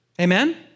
Amen